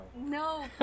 No